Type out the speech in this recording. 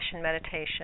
meditation